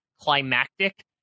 climactic